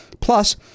plus